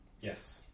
Yes